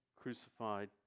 crucified